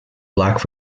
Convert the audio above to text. black